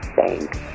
Thanks